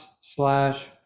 slash